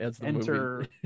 enter